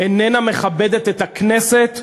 איננה מכבדת את הכנסת,